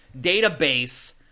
database